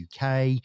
UK